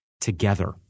together